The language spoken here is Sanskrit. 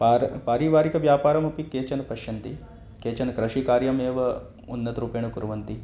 पार् पारिवारिकव्यापारम् अपि केचन पश्यन्ति केचन कृषिकार्यमेव उन्नतरूपेण कुर्वन्ति